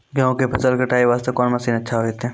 गेहूँ के फसल कटाई वास्ते कोंन मसीन अच्छा होइतै?